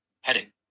heading